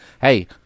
Hey